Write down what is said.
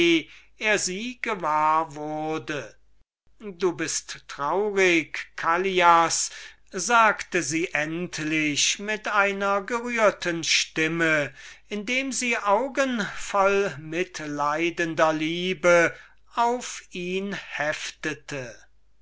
er sie gewahr wurde du bist traurig callias sagte sie endlich mit einer gerührten stimme indem sie augen voll mitleidender liebe auf ihn heftete